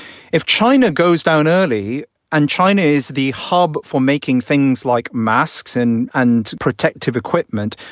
if china goes down early and china is the hub for making things like masks and and protective equipment,